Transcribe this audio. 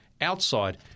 Outside